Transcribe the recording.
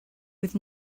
with